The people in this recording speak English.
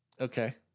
Okay